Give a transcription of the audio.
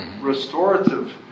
restorative